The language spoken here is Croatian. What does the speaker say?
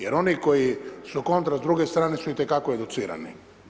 Jer oni koji su kontra s druge strane su i te kako educirani.